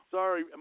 Sorry